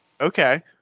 Okay